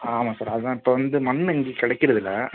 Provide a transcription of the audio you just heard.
ஆ ஆமாம் சார் அது தான் இப்போ வந்து மண் இங்கே கிடைக்கிறதில்ல